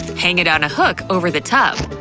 hang it on a hook over the tub.